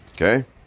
Okay